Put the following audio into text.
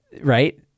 right